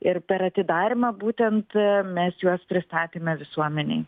ir per atidarymą būtent mes juos pristatėme visuomenei